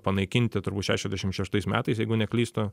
panaikinti turbūt šešiasdešim šeštais metais jeigu neklystu